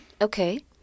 Okay